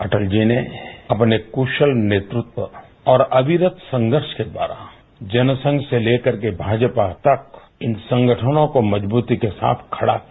अटल जी ने अपने क्शल नेतृत्व और अभिरत संघर्ष के द्वारा जनसंघ से लेकर के भाजपा तक इन संगठनों के मजबूती के साथ खडा किया